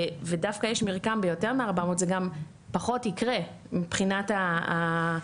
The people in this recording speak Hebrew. ודווקא יש מרקם ביותר מ-400 זה גם פחות יקרה מבחינת השיח,